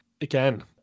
Again